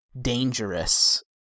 dangerous